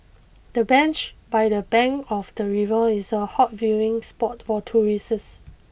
the bench by the bank of the river is a hot viewing spot for tourists